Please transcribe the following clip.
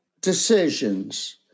decisions –